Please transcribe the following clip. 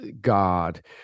God